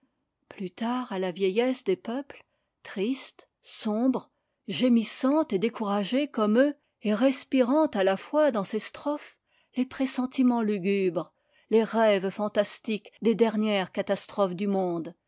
plus tard à la vieillesse des peuples triste sombre gémissante et découragée comme eux et respirant à la lois dans ses strophes les pressentimens lugubres les rêves fantastiques des dernières catastrophes du monde